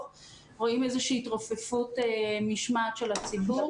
שמשקפות איזושהי התרופפות במשמעת הציבור.